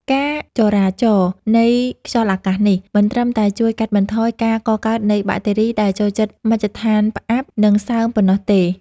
ការចរាចរនៃខ្យល់អាកាសនេះ មិនត្រឹមតែជួយកាត់បន្ថយការកកើតនៃបាក់តេរីដែលចូលចិត្តមជ្ឈដ្ឋានផ្អាប់ និងសើមប៉ុណ្ណោះទេ។